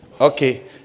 Okay